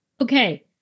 Okay